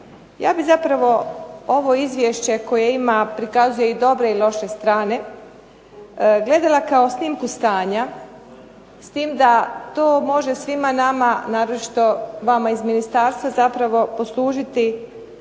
Ja bih zapravo ovo izvješće koje ima, prikazuje i dobre i loše strane, gledala kao snimku stanja s tim da to može svima nama, naročito vama iz ministarstva zapravo poslužiti